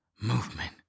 Movement